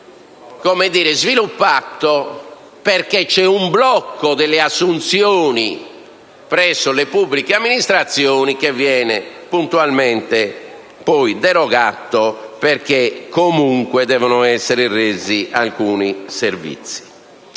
precario, sviluppatosi a causa di un blocco delle assunzioni presso le pubbliche amministrazioni, blocco che viene puntualmente derogato perché comunque devono essere resi alcuni servizi.